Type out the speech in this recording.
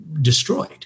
destroyed